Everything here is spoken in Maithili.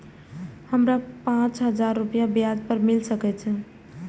हमरा पाँच हजार रुपया ब्याज पर मिल सके छे?